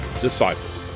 disciples